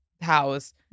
house